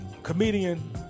comedian